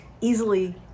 easily